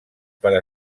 per